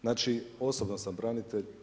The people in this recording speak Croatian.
Znači, osobno sam branitelj.